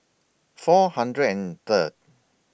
four hundred and Third